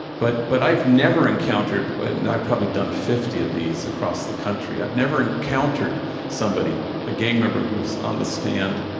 but but i've never encountered and i've probably done fifty of these across the country i've never encountered somebody, a gang member who's on the stand,